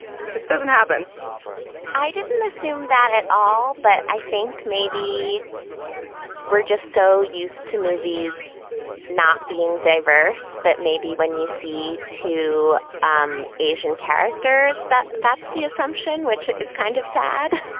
it doesn't happen i didn't assume that at all. but i think maybe we're just so used to movies not being diverse that maybe when you see two um asian characters that that's the assumption which is kind of sad